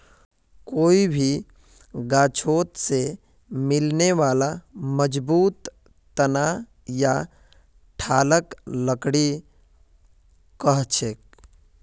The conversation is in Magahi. कोई भी गाछोत से मिलने बाला मजबूत तना या ठालक लकड़ी कहछेक